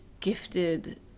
gifted